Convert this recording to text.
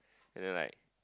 and then like